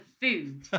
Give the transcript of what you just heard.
food